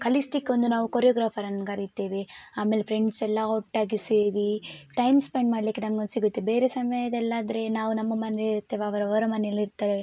ಕಲಿಸಲಿಕ್ಕೊಂದು ನಾವು ಕೊರಿಯೋಗ್ರಾಫರನ್ನು ಕರಿತೇವೆ ಆಮೇಲೆ ಫ್ರೆಂಡ್ಸ್ ಎಲ್ಲ ಒಟ್ಟಾಗಿ ಸೇರಿ ಟೈಮ್ ಸ್ಪೆಂಡ್ ಮಾಡಲಿಕ್ಕೆ ನಮಗೊಂದು ಸಿಗುತ್ತೆ ಬೇರೆ ಸಮಯದಲ್ಲಾದರೆ ನಾವು ನಮ್ಮ ಮನೇಲಿರ್ತೇವೆ ಅವರು ಅವರ ಮನೆಯಲ್ಲಿ ಇರ್ತಾರೆ